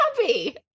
happy